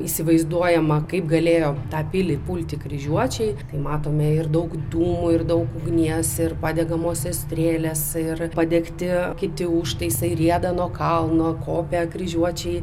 įsivaizduojama kaip galėjo tą pilį pulti kryžiuočiai tai matome ir daug dūmų ir daug ugnies ir padegamosios strėlės ir padegti kiti užtaisai rieda nuo kalno kopia kryžiuočiai